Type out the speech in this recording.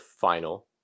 final